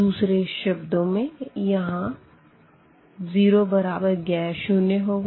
दुसरे शब्दों में यहाँ 0 बराबर गैर शून्य होगा